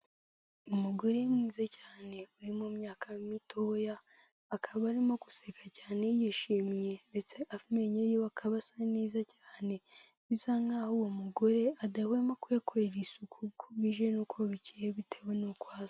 Umugore mwiza cyane uri mu myaka mitoya akaba arimo guseka cyane yishimye ndetse amenyo ye akaba asa neza cyane bisa nk'aho uwo mugore adahwema kukorera isuku kuko bwije n'ukoroki bitewe n'uko asa.